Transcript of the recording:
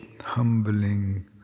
humbling